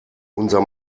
unser